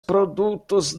produtos